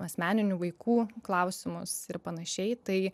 asmeninių vaikų klausimus ir panašiai tai